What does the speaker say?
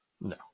No